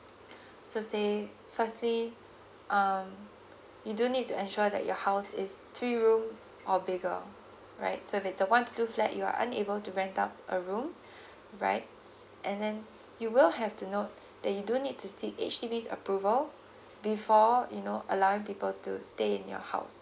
so say firstly um you do need to ensure that your house is three room or bigger right so if it's a one to two flat you're unable to rent out a room right and then you will have to note that you do need to seek H_D_B's approval before you know allowing people to stay in your house